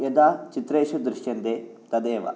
यथा चित्रेषु दृश्यन्ते तदेव